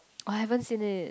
oh haven't seen it